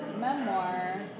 memoir